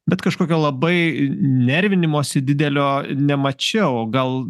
bet kažkokia labai nervinimosi didelio nemačiau o gal